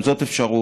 גם זאת אפשרות.